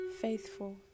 faithful